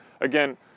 again